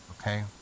okay